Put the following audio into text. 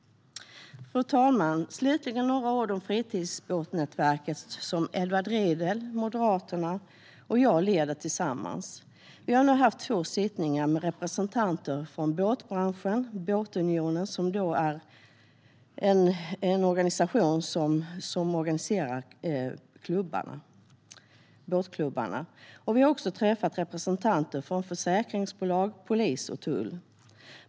Fru talman! Slutligen vill jag säga några ord om fritidsbåtsnätverket, som Edward Riedl från Moderaterna och jag leder tillsammans. Vi har nu haft två sittningar med representanter från båtbranschen och Svenska Båtunionen, som är en organisation som samlar båtklubbarna. Vi har även träffat representanter från försäkringsbolag, polis och tull.